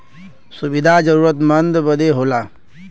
सुविधा जरूरतमन्द बदे होला